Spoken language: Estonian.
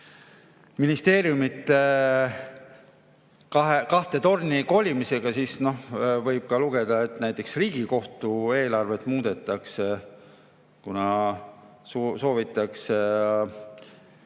ministeeriumide kahte torni kolimisest, siis võib ka lugeda, et näiteks Riigikohtu eelarvet muudetakse, kuna soovitakse